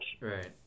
Right